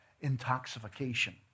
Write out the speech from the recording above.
intoxication